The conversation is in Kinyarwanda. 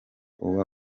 uba